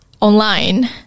online